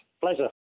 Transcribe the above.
Pleasure